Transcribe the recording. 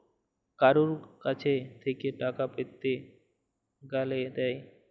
কারুর কাছ থেক্যে টাকা পেতে গ্যালে দেয়